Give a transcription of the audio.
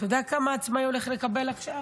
אתה יודע כמה עצמאי הולך לקבל עכשיו?